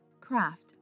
craft